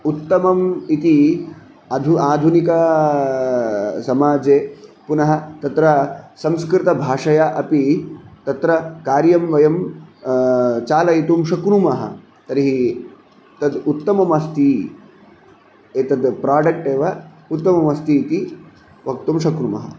उत्तमम् इति अधु आधुनिकसमाजे पुनः तत्र संस्कृतभाषया अपि तत्र कार्यं वयं चालयितुं शुक्नुमः तर्हि तद् उत्तममस्ति एतद् प्रोडेक्ट् एव उत्तममस्ति इति वक्तुं शक्नुमः